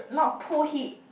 not